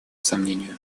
сомнению